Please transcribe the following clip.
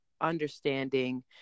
understanding